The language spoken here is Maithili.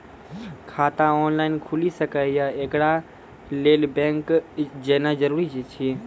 खाता ऑनलाइन खूलि सकै यै? एकरा लेल बैंक जेनाय जरूरी एछि?